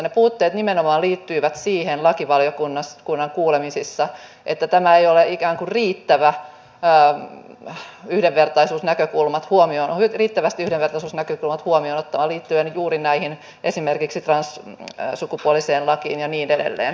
ne puutteet liittyivät lakivaliokunnan kuulemisissa nimenomaan siihen että tämä ei ole ikään kuin riittävästi yhdenvertaisuusnäkökulmat huomioon riittävästi ajatus näkyy ovat huomiota oli työn ottava liittyen esimerkiksi juuri tähän transsukupuolisuuslakiin ja niin edelleen